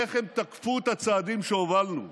איך הם תקפו את הצעדים שהובלנו?